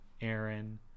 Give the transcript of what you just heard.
Aaron